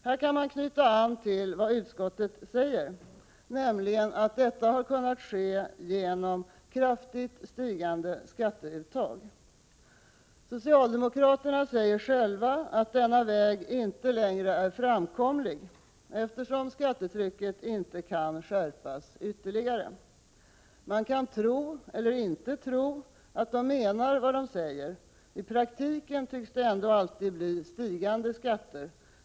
Här kan man knyta an till vad utskottet säger, nämligen att detta har kunnat ske genom kraftigt stigande skatteuttag. Socialdemokraterna säger att denna väg inte längre är framkomlig, eftersom skattetrycket inte kan skärpas ytterligare. Man kan tro eller inte tro att de menar vad de säger - i praktiken tycks det ändå alltid bli stigande skatter.